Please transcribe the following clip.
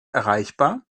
erreichbar